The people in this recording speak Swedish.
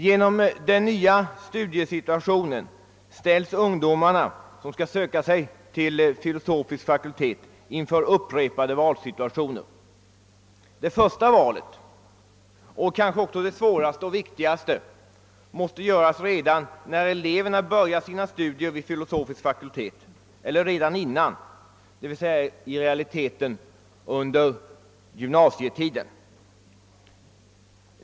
Genom den nya studiesituationen ställs de ungdomar som skall söka sig vidare till filosofisk fakultet inför upprepade valsituationer. Det första valet — kanske också det svåraste och viktigaste — måste göras redan vid början av studierna vid fakulteten eller rent av tidigare, d. v. s. under gymnasietiden.